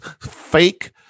fake